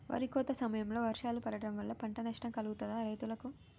వరి కోత సమయంలో వర్షాలు పడటం వల్ల పంట నష్టం కలుగుతదా రైతులకు?